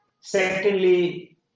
Secondly